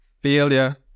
failure